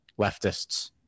leftists